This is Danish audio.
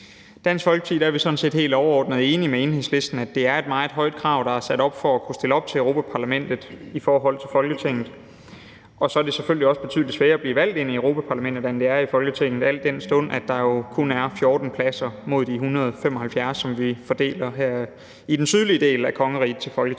Dansk Folkeparti er vi sådan set helt overordnet enige med Enhedslisten i, at det er et meget højt krav, der er sat op for at kunne stille op til Europa-Parlamentet, i forhold til kravet for at kunne stille op til Folketinget. Og så er det selvfølgelig også betydelig sværere at blive valgt ind i Europa-Parlamentet, end det er at blive valgt ind i Folketinget, al den stund der jo kun er 14 pladser mod de 175, som vi fordeler til Folketinget her i den sydlige del af kongeriget. I mine